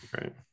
right